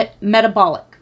metabolic